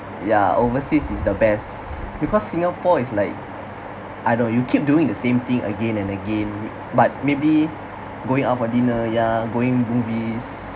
ya overseas is the best because singapore is like I know you keep doing the same thing again and again but maybe going out for dinner ya going movies